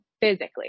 physically